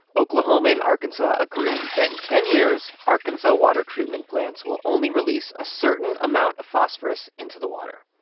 oklahoma and arkansas agree that in ten years, arkansas water treatment plants will only release a certain amount of phosphorus into the water.